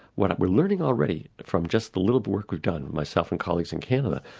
what we're learning already from just the little work we've done, myself and colleagues in canada,